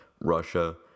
Russia